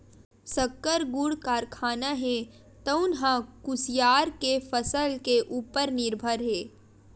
सक्कर, गुड़ कारखाना हे तउन ह कुसियार के फसल के उपर निरभर हे